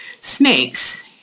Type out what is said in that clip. Snakes